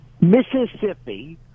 Mississippi